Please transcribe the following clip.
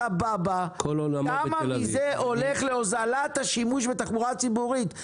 כמה מזה הולך להוזלת השימוש בתחבורה הציבורית?